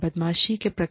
बदमाशी के प्रकार